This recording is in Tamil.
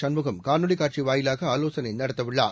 சண்முகம் காணொலிக் காட்சி வாயிலாக ஆலோசனை நடத்தவுள்ளார்